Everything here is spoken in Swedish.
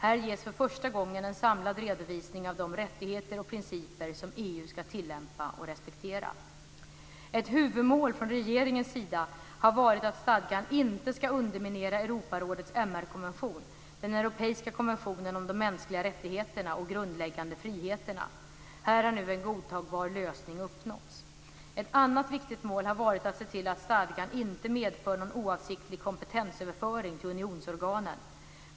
Här ges för första gången en samlad redovisning av de rättigheter och principer som EU ska tillämpa och respektera. Ett huvudmål från regeringens sida har varit att stadgan inte ska underminera Europarådets MR konvention, den europeiska konventionen om de mänskliga rättigheterna och grundläggande friheterna. Här har nu en godtagbar lösning uppnåtts. Ett annat viktigt mål har varit att se till att stadgan inte medför någon oavsiktlig kompetensöverföring till unionsorganen.